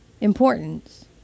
importance